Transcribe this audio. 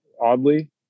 oddly